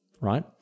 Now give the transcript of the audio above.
right